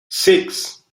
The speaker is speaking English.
six